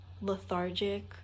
lethargic